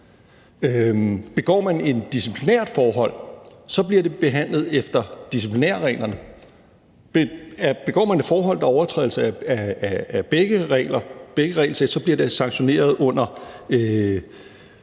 Begår man et disciplinært forhold, så bliver det behandlet efter disciplinærreglerne. Begår man et forhold, der overtræder begge regelsæt, så bliver det sanktioneret efter